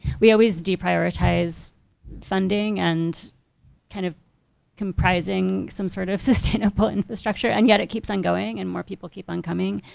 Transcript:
we always do prioritize funding and kind of comprising some sort of sustainable infrastructure and yet it keeps on going and more people keep on coming.